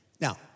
Now